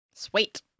Sweet